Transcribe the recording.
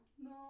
No